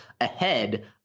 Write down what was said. ahead